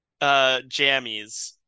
Jammies